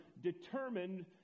determined